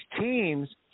teams